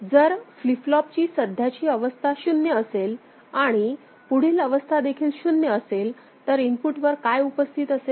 जर फ्लिप फ्लॉपची सध्याची अवस्था 0 असेल आणि पुढील अवस्था देखील 0 असेल तर इनपुटवर काय उपस्थित असेल